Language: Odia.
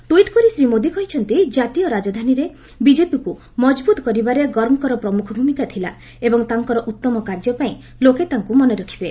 ଟ୍ୱିଟ୍ କରି ଶ୍ରୀ ମୋଦି କହିଛନ୍ତି ଜାତୀୟ ରାଜଧାନୀରେ ବିକେପିକୁ ମଜବୁତ କରିବାରେ ଗର୍ଗକ୍କର ପ୍ରମୁଖ ଭୂମିକା ଥିଲା ଏବଂ ତାଙ୍କର ଉତ୍ତମ କାର୍ଯ୍ୟ ପାଇଁ ଲୋକେ ତାଙ୍କୁ ମନେରଖିବେ